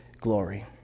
glory